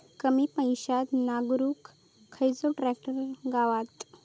कमी पैशात नांगरुक खयचो ट्रॅक्टर गावात?